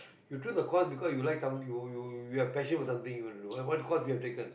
you choose the course because you like some you you have passion with something you want to do what course have you taken